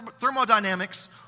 thermodynamics